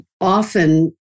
Often